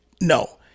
no